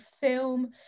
film